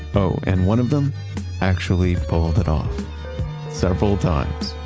oh, and one of them actually pulled it off several times